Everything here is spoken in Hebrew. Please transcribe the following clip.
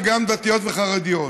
וגם דתיות וחרדיות.